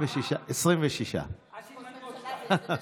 עד שימונו עוד שניים.